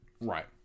Right